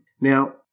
Now